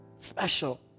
special